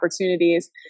opportunities